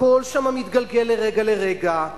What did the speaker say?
הכול שם מתגלגל מרגע לרגע.